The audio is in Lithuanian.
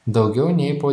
daugiau nei po